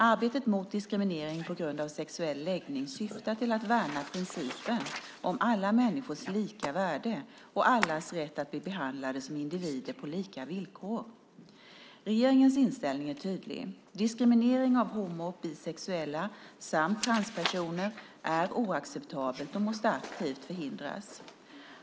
Arbetet mot diskriminering på grund av sexuell läggning syftar till att värna principen om alla människors lika värde och allas rätt att bli behandlade som individer på lika villkor. Regeringens inställning är tydlig; diskriminering av homo och bisexuella samt transpersoner är oacceptabelt och måste aktivt förhindras.